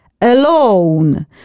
alone